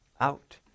out